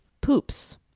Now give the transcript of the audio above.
poops